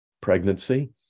pregnancy